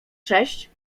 sześć